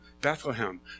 Bethlehem